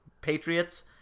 patriots